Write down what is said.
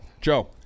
Joe